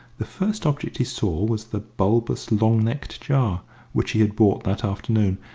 the first object he saw was the bulbous, long-necked jar which he had bought that afternoon,